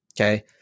Okay